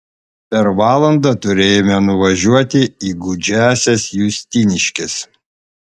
per valandą turėjome nuvažiuoti į gūdžiąsias justiniškes